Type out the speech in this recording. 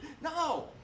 No